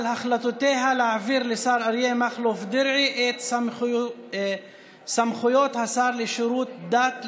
על החלטותיה להעביר לשר אריה מכלוף דרעי את סמכויות השר לשירותי דת,